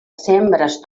sembres